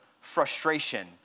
frustration